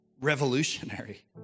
revolutionary